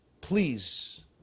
Please